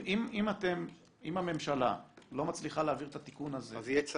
אם הממשלה לא מצליחה להעביר את התיקון הזה -- אז יהיה צו.